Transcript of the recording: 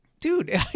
Dude